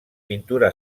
pintura